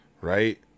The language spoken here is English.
Right